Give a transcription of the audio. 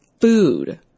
food